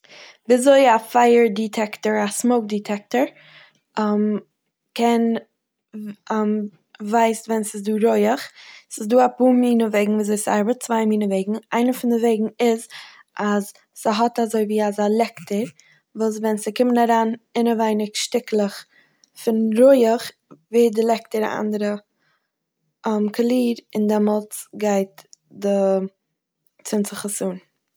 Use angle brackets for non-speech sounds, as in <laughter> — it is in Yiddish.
ווי אזוי א פייער דיטעקטער- א סמאוק דיטעקטער <hesitation> קען <hesitation> ווייסט ווען ס'איז דא רויעך, ס'איז דא אפאר מינע וועגן ווי אזוי ס'ארבעט, צוויי מינע וועגן, איינע פון די וועגן איז אז ס'האט אזוי ווי א לעקטער <noise> וואס ווען ס'קומען אריין אינעווייניג שטיקלעך פון רויעך ווערט די לעקטער א אנדערע <hesitation> קאליר און דעמאלטס גייט די צינד זיך עס אן.